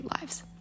lives